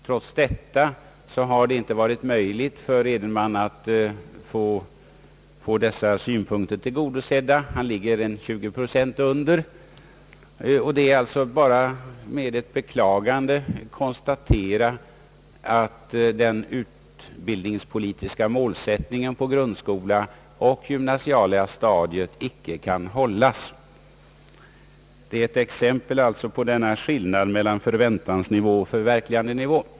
Trots detta har det inte varit möjligt för herr Edenman att få sina synpunkter tillgodosedda. Hans målsättning ligger 20 procent under. Det är alltså bara att med beklagande konstatera att den utbildningspolitiska målsättningen för grundskolan och det gymnasiala stadiet icke kan hållas. Det är ett exempel på skillnaden mellan förväntansnivå och förverkligandenivå.